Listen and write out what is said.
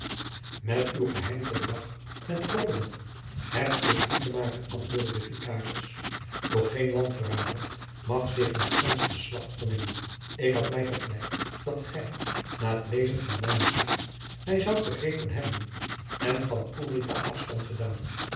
met uw geheim verdrag met grobbendonck heb ik niet te maken antwoordde de vikaris doch geen landverrader mag zich met ons geslacht vermengen ik had mij gevleid dat gij na het lezen van mijnen brief mij zoudt begrepen hebben en van ulrica afstand gedaan